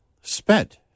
spent